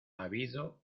habido